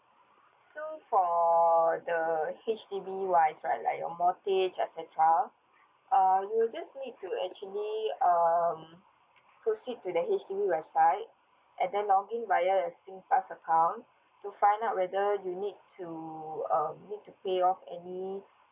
so for the H_D_B wise like a mortgage et cetera uh you'll just need to actually um proceed to the H_D_B website login via your singpass account to find out whether you need to um need to pay off any